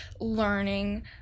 learning